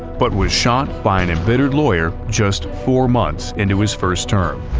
but was shot by an embittered lawyer just four months into his first term,